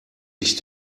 ich